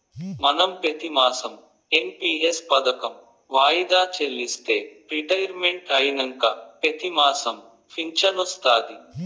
మనం పెతిమాసం ఎన్.పి.ఎస్ పదకం వాయిదా చెల్లిస్తే రిటైర్మెంట్ అయినంక పెతిమాసం ఫించనొస్తాది